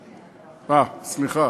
אה, סליחה.